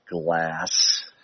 glass